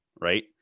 right